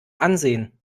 ansehen